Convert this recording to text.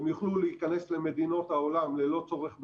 הם יוכלו להיכנס למדינות העולם ללא צורך בבידוד.